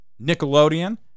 nickelodeon